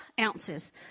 ounces